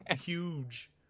huge